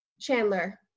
Chandler